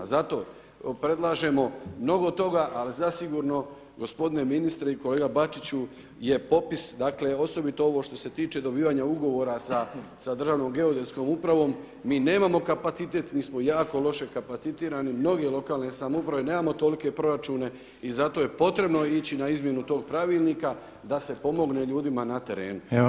Zato predlažemo mnogo toga ali zasigurno gospodine ministre i kolega Bačiću je popis dakle osobito ovo što se tiče dobivanja ugovora sa Državnom geodetskom upravom mi nemao kapacitet, mi smo jako loše kapacitirani, i mnoge lokalne samouprave, nemamo tolike proračune i zato je potrebno ići na izmjenu tog pravilnika da se pomogne ljudima na terenu.